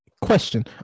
question